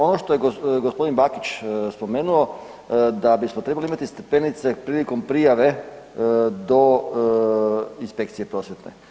Ono što je g. Bakić spomenuo, da bismo trebali imati stepenice prilikom prijave do inspekcije prosvjetne.